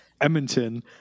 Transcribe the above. Edmonton